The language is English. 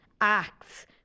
acts